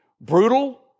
Brutal